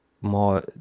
more